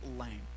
lame